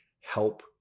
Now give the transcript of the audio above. help